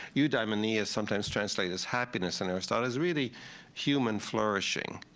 eudaimonia is sometimes translates as happiness. and aristotle is really human flourishing.